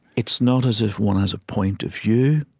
it's not as if one has a point of view,